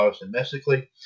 domestically